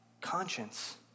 conscience